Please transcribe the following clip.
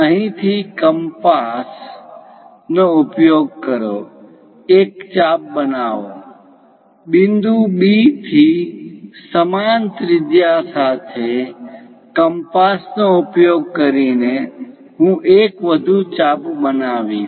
અહીંથી compass compass કાગળ પર વર્તુળ દોરવાનું સાધનનો ઉપયોગ કરો એક ચાપ બનાવો બિંદુ B થી સમાન ત્રિજ્યા સાથે કંપાસ compass કાગળ પર વર્તુળ દોરવાનું સાધન નો ઉપયોગ કરીને હું એક વધુ ચાપ બનાવીશ